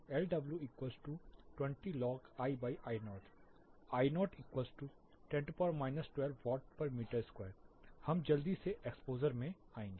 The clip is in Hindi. Lw20log II0 I010 12Wm2 हम जल्दी से एक्सपोज़र में आएंगे